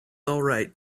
alright